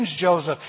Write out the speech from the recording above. Joseph